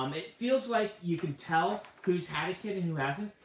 um it feels like you can tell who's had a kid and who hasn't,